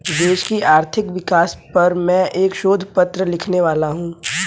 देश की आर्थिक विकास पर मैं एक शोध पत्र लिखने वाला हूँ